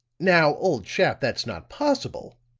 now, old chap, that's not possible.